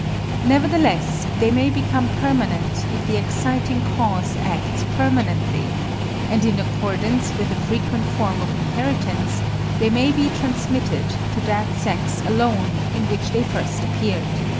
nevertheless, they may become permanent if the exciting cause acts permanently and in accordance with a frequent form of inheritance they may be transmitted to that sex alone in which they first appeared.